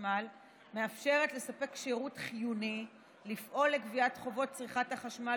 החשמל מאפשרות לספק שירות חיוני ולפעול לגביית חובות צריכת החשמל